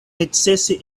necese